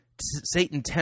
Satan